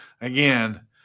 again